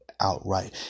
Outright